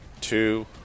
Two